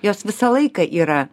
jos visą laiką yra